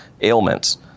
ailments